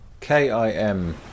K-I-M